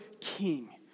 king